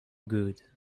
good